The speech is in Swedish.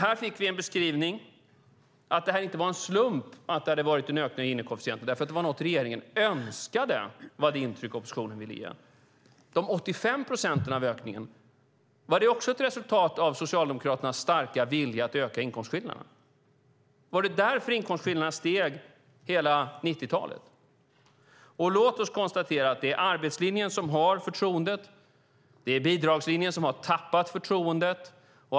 Här fick vi beskrivningen att det inte var en slump att det hade varit en ökning av Gini-koefficienten, därför att det var något som regeringen önskade. Det var det intryck som oppositionen ville ge. Var de 85 procenten av ökningen också ett resultat av Socialdemokraternas vilja att öka inkomstskillnaderna? Var det därför inkomstskillnaderna steg under hela 90-talet? Låt oss konstatera att det är arbetslinjen som har förtroendet. Det är bidragslinjen som har tappat förtroendet.